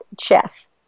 chess